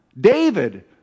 David